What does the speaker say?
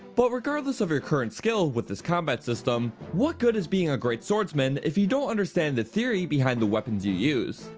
but regardless of your current skill with this combat system, what good is being a great swordsman if you don't understand the theory behind the weapons you use?